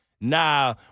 nah